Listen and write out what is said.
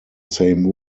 same